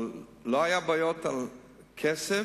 אבל לא היו בעיות עם כסף,